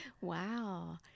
Wow